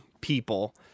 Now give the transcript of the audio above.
people